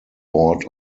board